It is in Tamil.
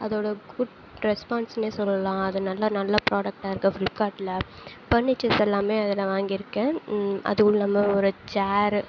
அதோட குட் ரெஸ்பான்ஸ்னே சொல்லலாம் அது நல்லா நல்ல ப்ராடக்ட்டாக இருக்குது ஃப்ளிப்கார்ட்டில் பர்னிச்சர்ஸ் எல்லாமே அதில்தான் வாங்கி இருக்கேன் அதுவும் இல்லாமல் ஒரு சேர்ரு